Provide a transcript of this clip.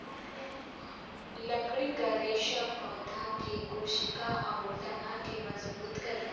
लकड़ी क रेसा पौधन के कोसिका आउर तना के मजबूत करला